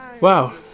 Wow